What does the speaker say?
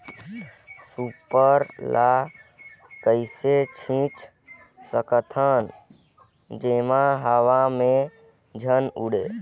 Super ल कइसे छीचे सकथन जेमा हवा मे झन उड़े?